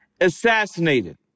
assassinated